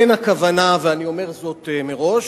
אין הכוונה, ואני אומר זאת מראש,